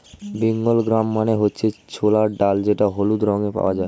Bengal gram মানে হচ্ছে ছোলার ডাল যেটা হলুদ রঙে পাওয়া যায়